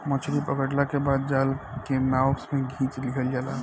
मछली पकड़ला के बाद जाल के नाव में खिंच लिहल जाला